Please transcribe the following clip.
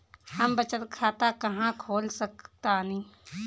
हम बचत खाता कहां खोल सकतानी?